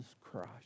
Christ